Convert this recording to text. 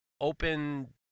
open